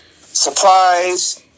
surprise